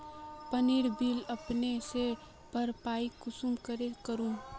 पानीर बिल अपने से भरपाई कुंसम करे करूम?